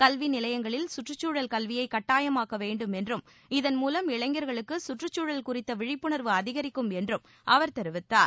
கல்வி நிலையங்களில் சுற்றுச்சூழல் கல்வியை கட்டாயமாக்க வேண்டும் என்றும் இதன்மூலம் இளைஞர்களுக்கு சுற்றுச்சூழல் குறித்த விழிப்புணர்வு அதிகரிக்கும் என்றும் அவர் தெரிவித்தார்